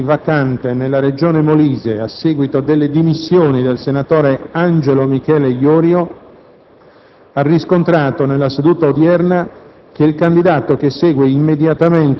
all'attribuzione del seggio resosi vacante nella Regione Molise, a seguito delle dimissioni del senatore Angelo Michele Iorio, ha riscontrato, nella seduta odierna,